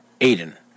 Aiden